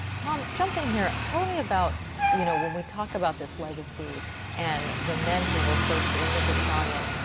tom, jump in here. tell me about you know when we talk about this legacy an the men who were first in the battalion.